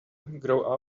grow